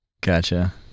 Gotcha